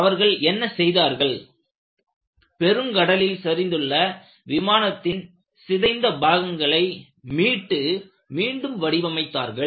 அவர்கள் என்ன செய்தார்கள் பெருங்கடலில் சரிந்துள்ள விமானத்தின் சிதைந்த பாகங்களை மீட்டு மீண்டும் வடிவமைத்தார்கள்